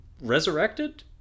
resurrected